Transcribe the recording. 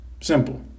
Simple